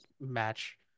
match